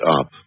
up